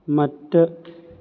മറ്റ്